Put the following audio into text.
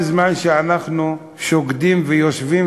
בזמן שאנחנו שוקדים ויושבים,